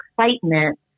excitement